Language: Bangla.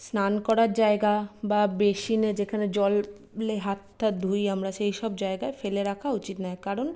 স্নান করার জায়গা বা বেসিনে যেখানে জল খুলে হাতটা ধুই আমরা সেই সব জায়গায় ফেলে রাখা উচিত নয় কারণ